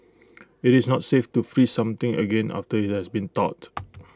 IT is not safe to freeze something again after IT has been thawed